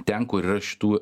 ten kur yra šitų